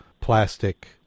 plastic